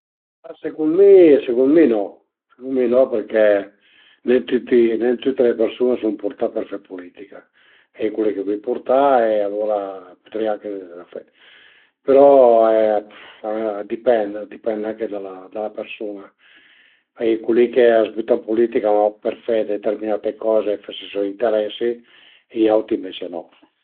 Ma secund mi secund mi no, secund mi no perché nen tüti nen tüte le persun-e a sun purtà për fe pulitica, a ie cul li che a le pi purta e alura a pudrìa anche fe però a dipend, a dipend anche da la persun-a, a ie cul li ch'a s'büta ën pulitica mach per fe determinate coze, fese soi interesi e i auti ënvece no